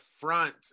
front